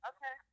Okay